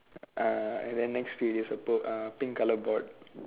uh and then next to it is a bo uh pink colour board